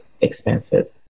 expenses